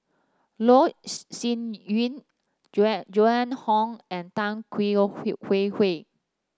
Loh Sin Yun Jue Joan Hon and Tan Kwee Hwee Hwee